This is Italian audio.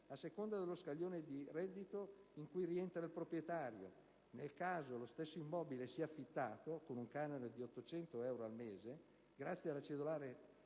a seconda dello scaglione di reddito in cui rientra il proprietario. Nel caso lo stesso immobile sia affittato, con un canone di 800 euro al mese, grazie alla cedolare